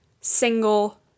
single